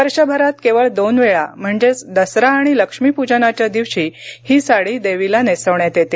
वर्षभरात केवळ दोन वेळा म्हणजेच दसरा आणि लक्ष्मीपूजनाच्या दिवशी ही साडी देवीला नेसविण्यात येते